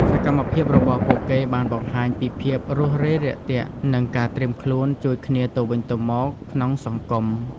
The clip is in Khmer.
សកម្មភាពរបស់ពួកគេបានបង្ហាញពីភាពរួសរាយរាក់ទាក់និងការត្រៀមខ្លួនជួយគ្នាទៅវិញទៅមកក្នុងសង្គម។